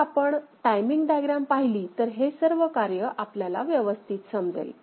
जर आपण timing diagram पाहिली तर हे सर्व कार्य आपल्याला व्यवस्थित समजेल